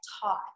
taught